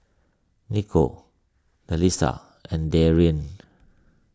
Niko Delisa and Darrien